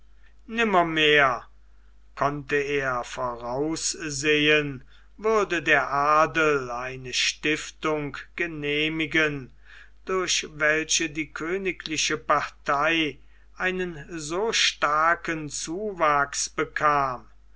nimmermehr konnte er voraussehen würde der adel eine stiftung genehmigen durch welche die königliche partei einen so starken zuwachs bekam